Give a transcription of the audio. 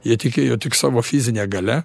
jie tikėjo tik savo fizine galia